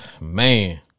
Man